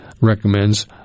recommends